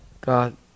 God